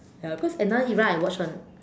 ya cause another era I watch [one]